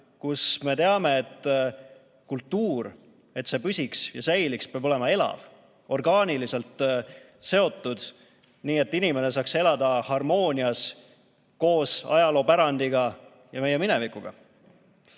kus me teame, et kultuur, selleks et see püsiks ja säiliks, peab olema elav, orgaaniliselt seotud, nii et inimene saaks elada harmoonias koos ajaloopärandiga ja meie minevikuga? Mis